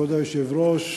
כבוד היושב-ראש,